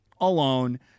alone